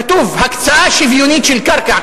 כתוב: הקצאה שוויונית של קרקע.